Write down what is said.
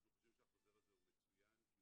אנחנו חושבים שהחוזר הזה הוא מצוין כי